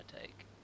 take